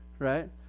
Right